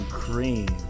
cream